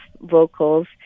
vocals